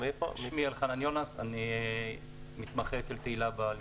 אני מתמחה אצל חברת הכנסת תהלה בלשכה.